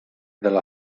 della